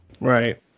Right